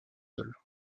sol